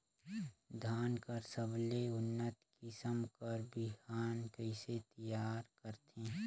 धान कर सबले उन्नत किसम कर बिहान कइसे तियार करथे?